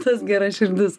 tas geras širdis